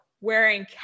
wearing